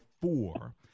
four